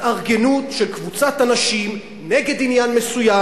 התארגנות של קבוצת אנשים נגד עניין מסוים.